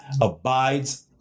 abides